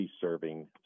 serving